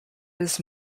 his